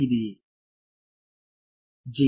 ವಿದ್ಯಾರ್ಥಿ J